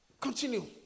Continue